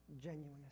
genuineness